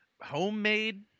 homemade